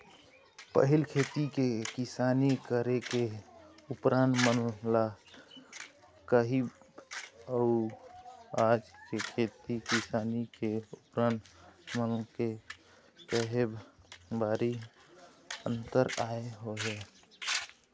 पहिली के खेती किसानी करे के उपकरन मन ल कहिबे अउ आज के खेती किसानी के उपकरन मन ल कहिबे भारी अंतर आय हवय